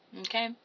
okay